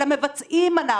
אלא מבצעים אנחנו.